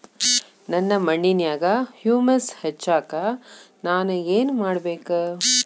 ನನ್ನ ಮಣ್ಣಿನ್ಯಾಗ್ ಹುಮ್ಯೂಸ್ ಹೆಚ್ಚಾಕ್ ನಾನ್ ಏನು ಮಾಡ್ಬೇಕ್?